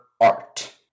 art